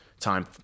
time